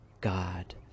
God